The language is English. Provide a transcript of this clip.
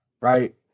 right